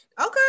okay